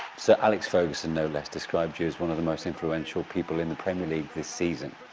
sir alex ferguson no less described you as one of the most influential people in the premier league this season.